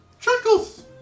Chuckles